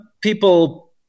people